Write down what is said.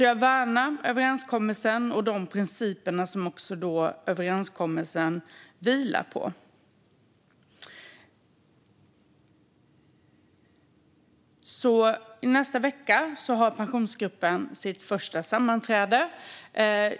Jag värnar överenskommelsen och de principer som den vilar på. I nästa vecka har Pensionsgruppen sitt första sammanträde.